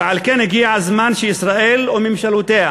ועל כן הגיע הזמן שישראל וממשלותיה